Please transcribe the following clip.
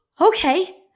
okay